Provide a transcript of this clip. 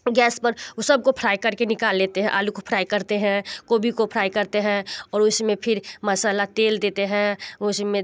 gas पर ऊ सबके फ्राय करके निकाल लेते हैं आलू को फ्राय करते हैं कोबी को फ्राय करते हैं और उसमें फिर मसाला तेल देते हैं उसी में